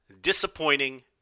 disappointing